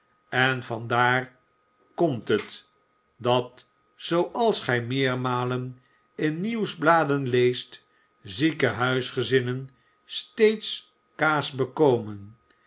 en vandaar komt het dat zooals gij meermalen in nieuwsbladen leest zieke huisgezinnen steeds kaas bekomen